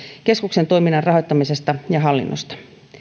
keskuksen toiminnan rahoittamisesta ja hallinnosta